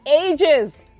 ages